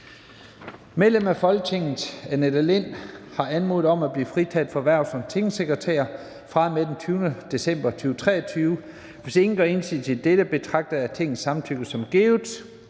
Medlem af Folketinget Annette Lind (S) har anmodet om at blive fritaget for hvervet som tingsekretær fra og med den 20. december 2023. Hvis ingen gør indsigelse, betragter jeg Tingets samtykke som givet.